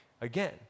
again